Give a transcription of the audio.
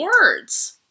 words